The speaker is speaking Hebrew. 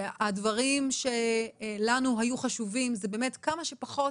שהדברים שלנו היו חשובים זה באמת כמה שפחות